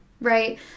right